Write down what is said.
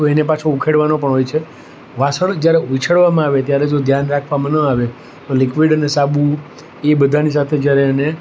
તો એને પાછો ઉખેડવાનો પણ હોય છે વાસણ જ્યારે વીછળવામાં આવે ત્યારે જો ધ્યાન રાખવામાં ન આવે તો લિક્વિડ અને સાબુ એ બધાની સાથે જ્યારે એને